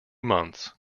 months